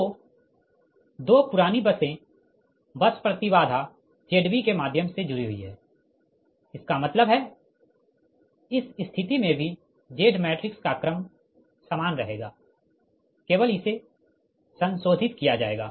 तो 2 पुरानी बसें बस प्रति बाधा Zb के माध्यम से जुड़ी हुई है इसका मतलब है इस स्थिति में भी Z मैट्रिक्स का क्रम सामान रहेगा केवल इसे संशोधित किया जाएगा